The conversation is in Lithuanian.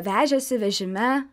vežėsi vežime